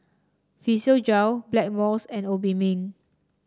Physiogel Blackmores and Obimin